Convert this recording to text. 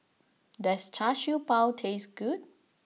does Char Siew Bao taste good